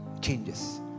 Changes